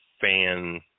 fan